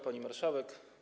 Pani Marszałek!